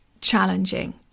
challenging